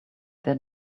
their